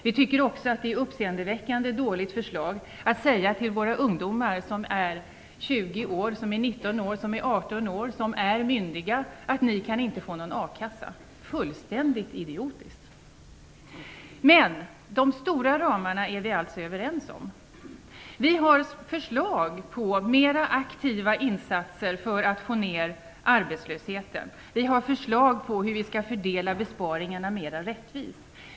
Vi tycker också att det är ett uppseendeväckande dåligt förslag att säga till våra ungdomar som är 18 20 år och som är myndiga att de inte kan få någon akassa. Det är fullständigt idiotiskt. Men vi är alltså överens om de stora ramarna. Vi har förslag på mera aktiva insatser för att få ner arbetslösheten. Vi har förslag på hur vi skall fördela besparingarna mera rättvist.